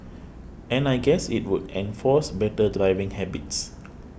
and I guess it would enforce better driving habits